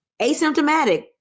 Asymptomatic